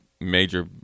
major